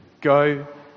Go